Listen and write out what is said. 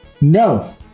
No